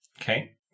Okay